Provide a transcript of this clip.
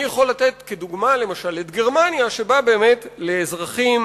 אני יכול לתת כדוגמה את גרמניה, שבה באמת לאזרחים